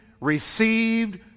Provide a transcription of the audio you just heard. received